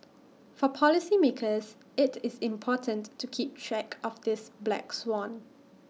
for policymakers IT is important to keep track of this black swan